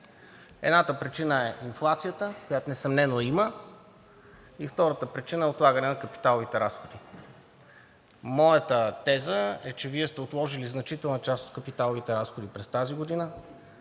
Едната причина е инфлацията, каквато несъмнено има. Втората причина е отлагане на капиталовите разходи. Моята теза е, че Вие сте отложили значителна част от капиталовите разходи през тази година,